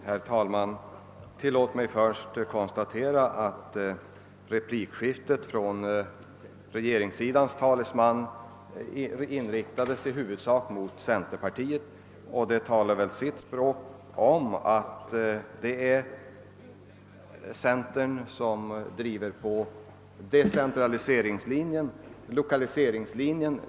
Herr talman! Tillåt mig först konstatera, att regeringssidans talesman i replikskiftet i huvudsak riktade sig mot centerpartiet. Det talar väl sitt språk om att det är centern som driver på decentraliseringslinjen, <lokaliseringslinjen.